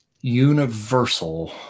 universal